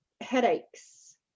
Headaches